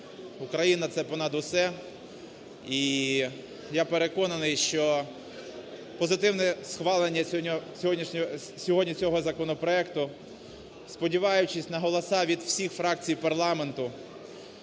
Україна – це понад усе. І я переконаний, що позитивне схвалення сьогодні цього законопроекту, сподіваючись на голоси від всіх фракцій парламенту,